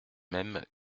mêmes